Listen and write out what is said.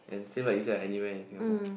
and same like you say ah anywhere in Singapore